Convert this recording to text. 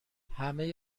همه